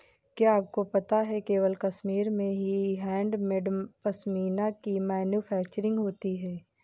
क्या आपको पता है केवल कश्मीर में ही हैंडमेड पश्मीना की मैन्युफैक्चरिंग होती है